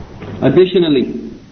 Additionally